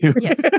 Yes